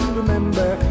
remember